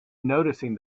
noticing